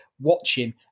watching